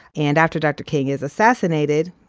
and after dr. king is assassinated,